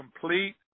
complete